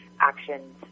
actions